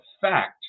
fact